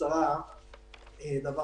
דבר